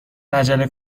عجله